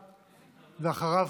ואחריו,